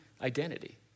identity